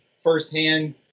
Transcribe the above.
firsthand